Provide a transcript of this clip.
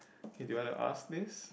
hey do you want to ask this